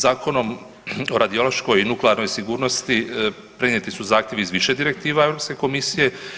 Zakonom o radiološkoj i nuklearnoj sigurnosti prenijeti su zahtjevi iz više direktiva EU komisije.